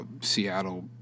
Seattle